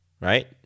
right